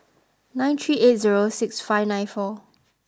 nine three eight zero six five nine four